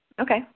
Okay